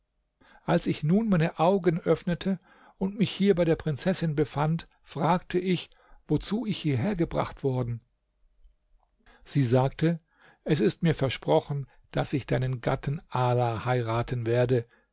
als ich nun meine augen öffnete und mich hier bei der prinzessin befand fragte ich wozu ich hierher gebracht worden sie sagte es ist mir versprochen daß ich deinen gatten ala heiraten werde